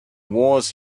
wars